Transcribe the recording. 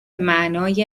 معنای